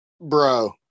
Bro